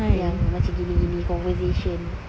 yang macam gini gini conversation